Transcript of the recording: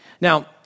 Now